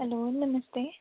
hello नमस्ते